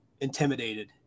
intimidated